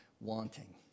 wanting